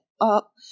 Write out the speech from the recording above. up